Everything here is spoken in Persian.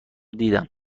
دیدم